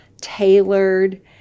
tailored